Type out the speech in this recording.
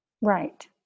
right